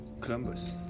Columbus